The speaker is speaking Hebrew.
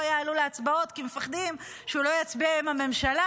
לא יעלו להצבעות כי מפחדים שהוא לא יצביע עם הממשלה.